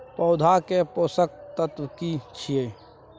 पौधा के पोषक तत्व की छिये?